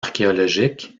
archéologiques